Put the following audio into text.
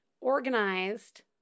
organized